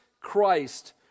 Christ